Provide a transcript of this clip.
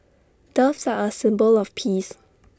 doves are A symbol of peace